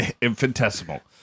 infinitesimal